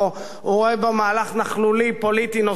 הוא רואה בו מהלך נכלולי פוליטי נוסף,